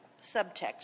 Subtext